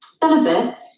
benefit